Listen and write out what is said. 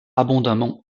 abondamment